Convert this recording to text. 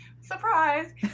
Surprise